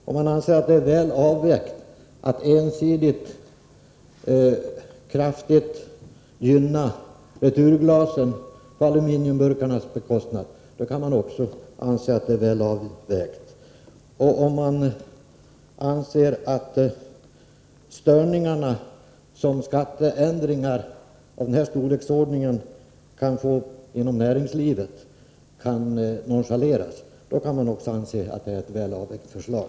Om man anser att det är väl avvägt att ensidigt kraftigt gynna returglasen på aluminiumburkarnas bekostnad, då kan man anse att det är väl avvägt. Och om man anser att störningarna som skatteändringar av den här storleken kan få inom näringslivet kan nonchaleras, då kan man också anse att det är ett väl avvägt förslag.